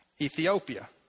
Ethiopia